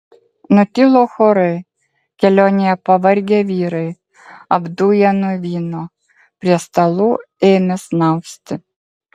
nutilo chorai kelionėje pavargę vyrai apduję nuo vyno prie stalų ėmė snausti